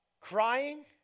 Crying